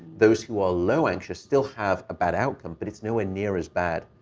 those who are low-anxious still have a bad outcome, but it's nowhere near as bad.